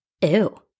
ew